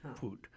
food